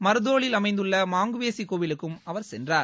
மாதோலில் அமைந்துள்ள மங்குய்ஷி கோவிலுக்கும் அவர் சென்றார்